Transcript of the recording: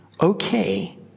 Okay